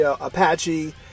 Apache